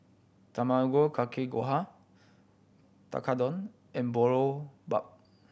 Tamago Kake Gohan Tekkadon and Boribap